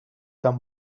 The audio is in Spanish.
tan